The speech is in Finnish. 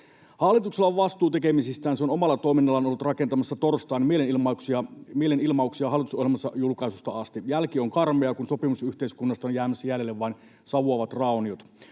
Hallituksella on vastuu tekemisistään. Se on omalla toiminnallaan ollut rakentamassa torstain mielenilmauksia hallitusohjelmansa julkaisusta asti. Jälki on karmeaa, kun sopimusyhteiskunnasta ovat jäämässä jäljelle vain savuavat rauniot.